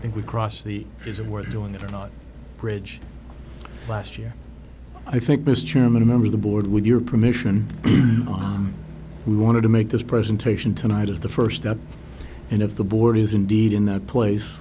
think we cross the is it worth doing it or not bridge last year i think mr chairman a member of the board with your permission we wanted to make this presentation tonight is the first step and if the board is indeed in the place